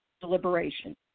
deliberation